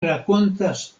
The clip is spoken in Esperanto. rakontas